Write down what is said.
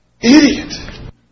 Idiot